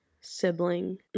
sibling